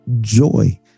joy